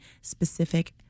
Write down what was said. specific